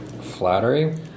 Flattery